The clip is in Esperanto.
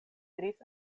diris